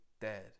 dead